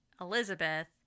Elizabeth